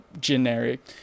generic